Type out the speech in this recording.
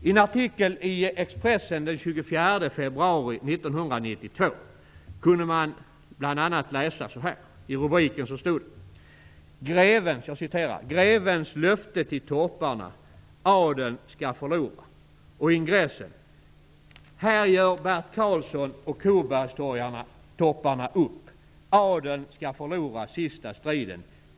I en artikel i Expressen den 24 februari 1992 kunde man bl.a. läsa följande i en rubrik: ''Grevens löfte till torparna: Adeln ska förlora.'' I ingressen står följande: ''Här gör Bert Karlsson och Kobergstorparna upp. Adeln ska förlora sista striden.